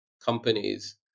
companies